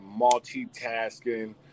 multitasking